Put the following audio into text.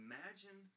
Imagine